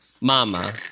Mama